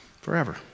forever